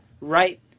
right